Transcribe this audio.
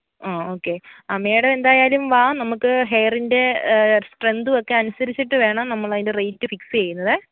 ആ ഓക്കെ ആ മേഡം എന്തായാലും വാ നമുക്ക് ഹെയറിന്റെ സ്ട്രെങ്ങ്തും ഒക്കെ അനുസരിച്ചിട്ട് വേണം നമ്മളതിന്റെ റേറ്റ് ഫിക്സ് ചെയ്യുന്നത്